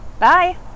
Bye